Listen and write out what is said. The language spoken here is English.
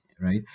right